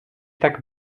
tak